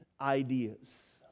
ideas